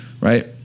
right